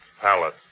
palace